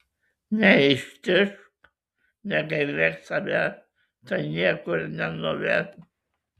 neištižk negailėk savęs tai niekur nenuves